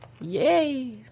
Yay